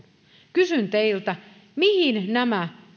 kysyn teiltä mihin nämä